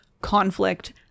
conflict